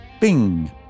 bing